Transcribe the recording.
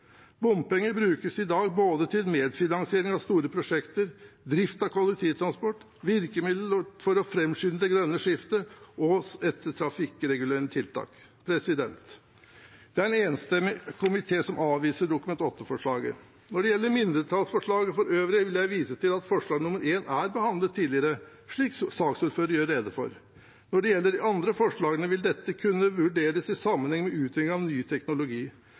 Bompenger brukes i dag både til medfinansiering av store prosjekter, til drift av kollektivtransport, som virkemiddel for å framskynde det grønne skiftet og som et trafikkregulerende tiltak. Det er en enstemmig komité som avviser Dokument 8-forslaget. Når det gjelder mindretallsforslagene for øvrig, vil jeg vise til at forslag nr. 1 er behandlet tidligere, slik saksordføreren gjorde rede for. Når det gjelder de andre forslagene, vil dette kunne vurderes i sammenheng med utredning av ny teknologi.